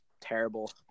terrible